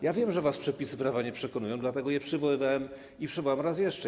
Ja wiem, że was przepisy prawa nie przekonują, dlatego je przywoływałem i przywołam raz jeszcze.